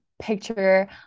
picture